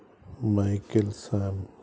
Michael same